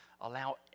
allow